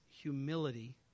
humility